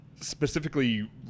specifically